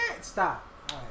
Stop